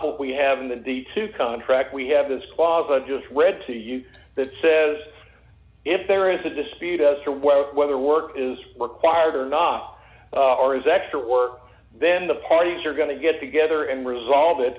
what we have in the two contract we have this clause i just read to you that says if there is a dispute as to whether work is required or not or is extra work then the parties are going to get together and resolve it